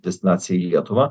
destinacija į lietuvą